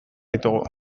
ditugu